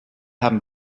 haben